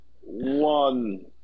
one